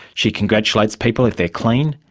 she congratulates people if they're clean,